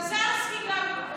מזרסקי גם לא.